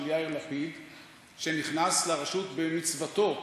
שנכנס לרשות במצוותו